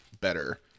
better